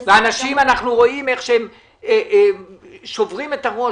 אנחנו רואים איך אנשים שוברים את הראש